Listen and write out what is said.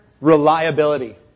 Reliability